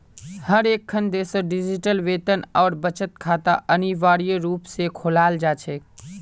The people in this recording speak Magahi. हर एकखन देशत डिजिटल वेतन और बचत खाता अनिवार्य रूप से खोलाल जा छेक